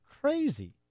crazy